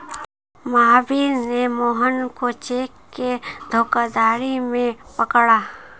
महावीर ने मोहन को चेक के धोखाधड़ी में पकड़ा